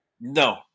No